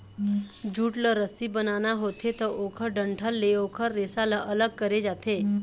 jute ल रस्सी बनाना होथे त ओखर डंठल ले ओखर रेसा ल अलग करे जाथे